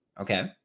Okay